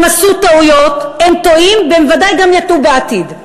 הם עשו טעויות, הם טועים והם ודאי גם יטעו בעתיד.